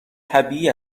طبیعی